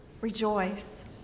rejoice